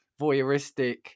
voyeuristic